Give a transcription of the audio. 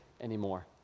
anymore